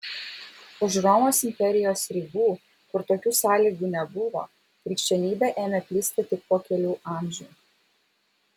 už romos imperijos ribų kur tokių sąlygų nebuvo krikščionybė ėmė plisti tik po kelių amžių